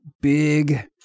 big